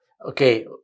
Okay